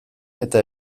eta